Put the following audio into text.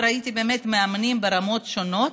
ראיתי מאמנים ברמות שונות,